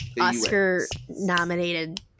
Oscar-nominated